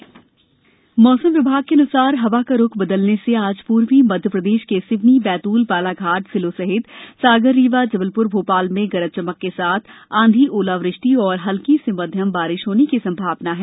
मौसम मौसम विभाग के अन्सार हवा का रुख बदलने से आज पूर्वी मध्य प्रदेश के सिवनीएबैत्लए बालाघाट जिलों सहित सागरए रीवाएजबलप्र और भोपाल में गरज चमक के साथ आंधीएओलावृष्टि और हल्की से मध्यम बारिश होने की संभावना है